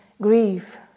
grief